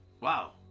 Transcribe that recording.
Wow